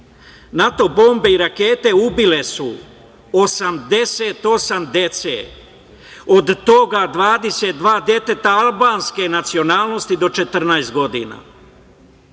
NATO bombe i rakete ubile su 88 dece, od toga 22 deteta albanske nacionalnosti do 14 godina. Prva